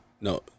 No